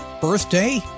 birthday